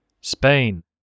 Spain